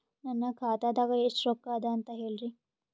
ನನ್ನ ಖಾತಾದಾಗ ಎಷ್ಟ ರೊಕ್ಕ ಅದ ಅಂತ ಹೇಳರಿ?